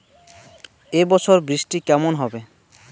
এবছর বৃষ্টি কেমন হবে?